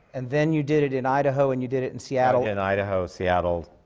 and then you did it in idaho, and you did it in seattle. in idaho, seattle,